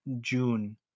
June